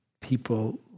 people